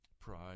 pride